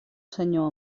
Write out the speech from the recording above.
senyor